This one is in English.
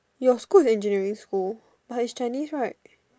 your school engineering school but it's Chinese right